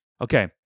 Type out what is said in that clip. Okay